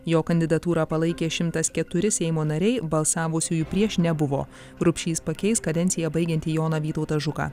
jo kandidatūrą palaikė šimtas keturi seimo nariai balsavusiųjų prieš nebuvo rupšys pakeis kadenciją baigiantį joną vytautą žuką